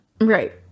Right